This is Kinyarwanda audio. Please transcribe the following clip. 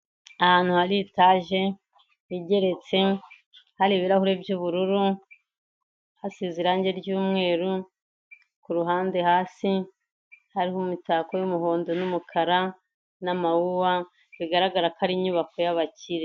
Ahantu hari etaje igeretse, hari ibirahuri by'ubururu, hasize irangi ry'umweru, ku ruhande hasi hariho imitako y'umuhondo n'umukara, n'amawuwa, bigaragara ko ari inyubako y'abakire.